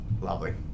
Lovely